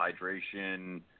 hydration